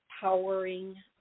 powering